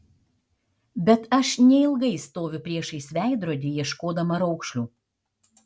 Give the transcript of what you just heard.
bet aš neilgai stoviu priešais veidrodį ieškodama raukšlių